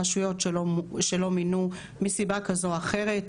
רשויות שלא מינו מסיבה כזו או אחרת,